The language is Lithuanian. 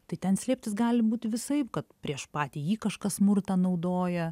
tai ten slėptis gali būti visaip kad prieš patį jį kažkas smurtą naudoja